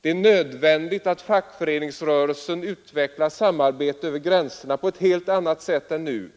Det är nödvändigt att fackföreningsrörelsen utvecklar samarbete över gränserna på ett helt annat sätt än nu,